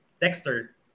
Dexter